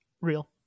Real